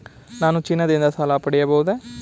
ನಾನು ಚಿನ್ನದಿಂದ ಸಾಲ ಪಡೆಯಬಹುದೇ?